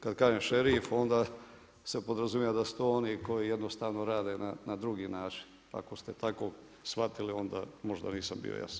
Kad kaže šerif onda se to podrazumijeva da su to oni koji jednostavno rade na drugi način, ako ste tako shvatili onda možda nisam bio jasan.